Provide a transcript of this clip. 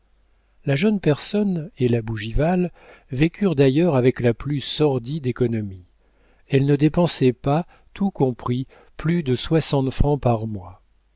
la jeune personne et la bougival vécurent d'ailleurs avec la plus sordide économie elles ne dépensaient pas tout compris plus de soixante francs par mois